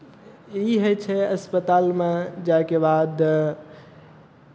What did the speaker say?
ई होइ छै अस्पतालमे जायके बाद